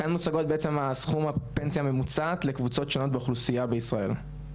כאן מוצגות בעצם סכום הפנסיה הממוצעת לקבוצות שונות באוכלוסייה בישראל.